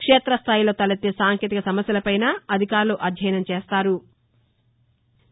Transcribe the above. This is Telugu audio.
క్షేతస్దాయిలో తలెత్తే సాంకేతిక సమస్యలపైనా అధికారులు అధ్యయనం చేస్తారు